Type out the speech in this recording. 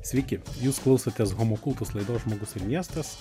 sveiki jūs klausotės homo cultus laidos žmogus ir miestas